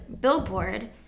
billboard